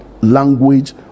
language